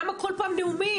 למה כל פעם נאומים?